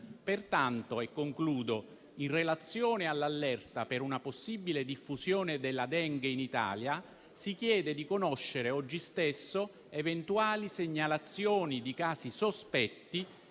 Pertanto, in relazione all'allerta per una possibile diffusione della Dengue in Italia, si chiede di conoscere oggi stesso eventuali segnalazioni di casi sospetti